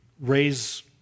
raise